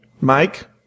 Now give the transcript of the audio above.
Mike